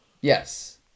Yes